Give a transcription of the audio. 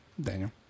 Daniel